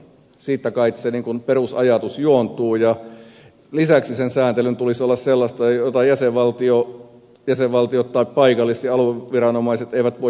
siitä kait se perusajatus juontuu ja lisäksi sen sääntelyn tulisi olla sellaista että jäsenvaltiot tai paikallis ja alueviranomaiset eivät voi sitä tehokkaasti säädellä